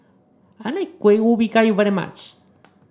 I like Kueh Ubi Kayu very much